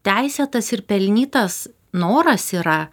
teisėtas ir pelnytas noras yra